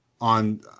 on